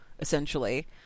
essentially